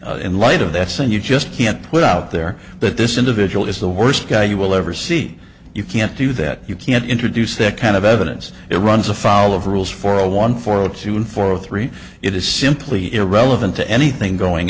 in in light of that saying you just can't put out there that this individual is the worst guy you will ever see you can't do that you can't introduce that kind of evidence it runs afoul of rules for a one four zero to one four three it is simply irrelevant to anything going